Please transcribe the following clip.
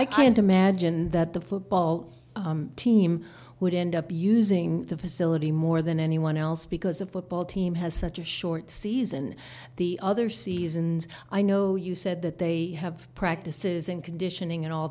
i can't imagine that the football team would end up using the facility more than anyone else because a football team has such a short season the other seasons i know you said that they have practices in conditioning and all